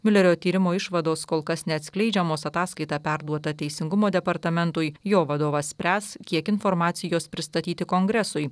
miulerio tyrimo išvados kol kas neatskleidžiamos ataskaita perduota teisingumo departamentui jo vadovas spręs kiek informacijos pristatyti kongresui